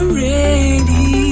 ready